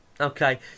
Okay